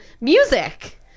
music